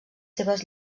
seves